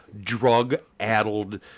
drug-addled